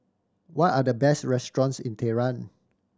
what are the best restaurants in Tehran